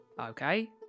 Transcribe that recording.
Okay